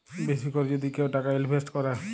বেশি ক্যরে যদি কেউ টাকা ইলভেস্ট ক্যরে